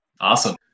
Awesome